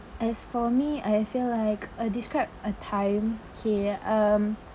as for me I feel like uh describe a time K um